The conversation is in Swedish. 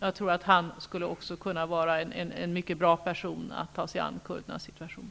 Jag tror att han skulle kunna vara en bra person att ta sig an kurdernas situation.